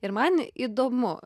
ir man įdomu